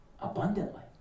abundantly